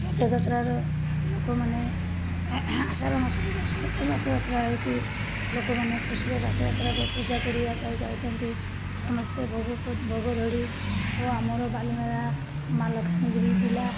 ରଥଯାତ୍ରାର ଲୋକମାନେ ଆଷାଢ଼ ମାସରେ ରଥଯାତ୍ରା ହେଉଛି ଲୋକମାନେ ଖୁସିରେ ରଥଯାତ୍ରାରେ ପୂଜା କରିବା ପାଇଁ ଯାଉଛନ୍ତି ସମସ୍ତେ ଭୋଗ ଭୋଗ ଧରି ଓ ଆମର ବାଲିମେଳା ମାଲକାନଗିରି ଜିଲ୍ଲା